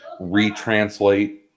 retranslate